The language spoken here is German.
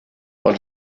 und